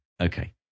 Okay